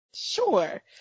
Sure